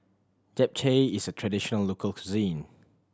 Japchae is a traditional local cuisine